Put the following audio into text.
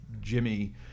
Jimmy